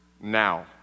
now